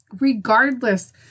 regardless